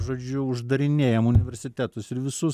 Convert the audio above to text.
žodžiu uždarinėjam universitetus ir visus